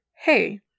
hey